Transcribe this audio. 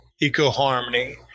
eco-harmony